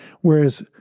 Whereas